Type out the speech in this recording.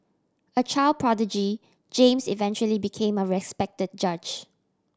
a child prodigy James eventually became a respect judge